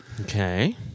Okay